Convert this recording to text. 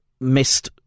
missed